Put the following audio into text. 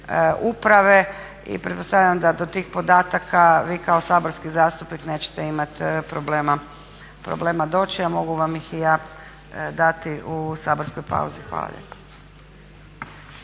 uprave i pretpostavljam da je do tih podataka vi kao saborski zastupnik nećete imati problema doći, a mogu vam ih i ja dati u saborskoj pauzi. Hvala